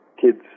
kids